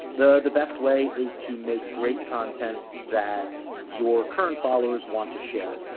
the the best way is to make great content that your current followers want to share.